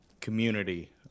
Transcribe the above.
Community